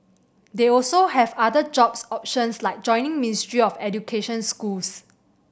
they also have other jobs options like joining Ministry of Education schools